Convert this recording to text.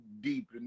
deep